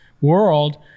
world